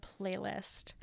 playlist